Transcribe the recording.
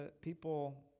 people